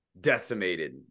Decimated